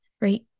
Right